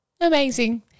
Amazing